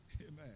Amen